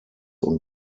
und